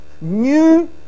New